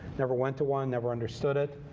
never went to one, never understood it.